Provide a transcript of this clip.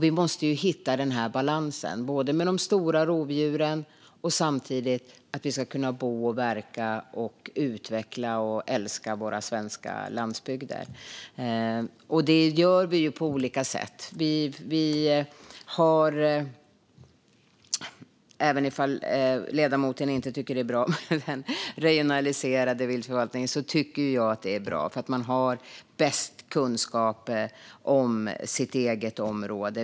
Vi måste hitta den här balansen: både ha de stora rovdjuren och samtidigt kunna bo i, verka i, utveckla och älska våra svenska landsbygder. Det gör vi på olika sätt. Även om ledamoten inte tycker att det är bra med regionaliserad viltförvaltning tycker jag att det är bra. Man har bäst kunskaper om sitt eget område.